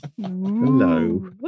Hello